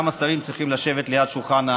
גם השרים צריכים לשבת ליד השולחן,